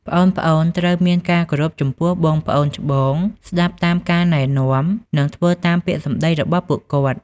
ប្អូនៗត្រូវមានការគោរពចំពោះបងប្អូនច្បង ស្ដាប់តាមការណែនាំ និងធ្វើតាមពាក្យសម្ដីរបស់ពួកគាត់។